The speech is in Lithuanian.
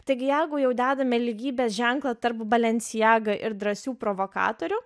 taigi jeigu jau dedame lygybės ženklą tarp balencijaga ir drąsių provokatorių